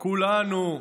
כולנו,